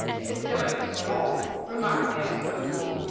it is going to storm, remarked the absolute fool.